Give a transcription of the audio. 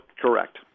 Correct